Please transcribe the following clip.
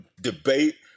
debate